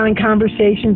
conversations